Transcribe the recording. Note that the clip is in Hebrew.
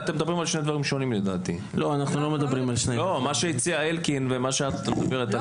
לי ספק שגם משרד החינוך יוכל לתרום לזה,